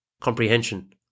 comprehension